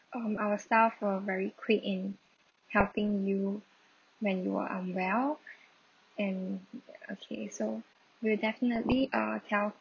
um our staff were very quick in helping you when you were unwell and okay so we'll definitely uh tell